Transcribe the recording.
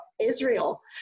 Israel